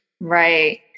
Right